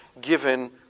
given